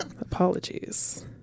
Apologies